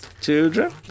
children